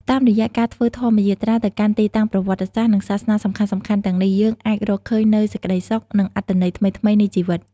តាមរយៈការធ្វើធម្មយាត្រាទៅកាន់ទីតាំងប្រវត្តិសាស្ត្រ និងសាសនាសំខាន់ៗទាំងនេះ យើងអាចរកឃើញនូវសេចក្តីសុខ និងអត្ថន័យថ្មីៗនៃជីវិត។